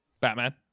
Batman